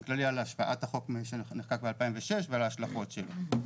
כללי על השפעת החוק שנחקק ב-2006 ועל ההשלכות שלו.